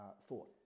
thought